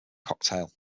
cocktail